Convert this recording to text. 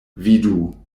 vidu